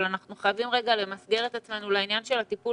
אבל אנחנו חייבים למסגר את עצמנו לעניין של הטיפול